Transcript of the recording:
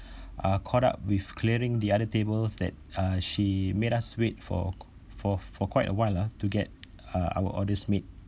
uh caught up with clearing the other tables that uh she made us wait for for for quite a while lah to get uh our orders made